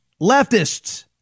leftists